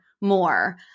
more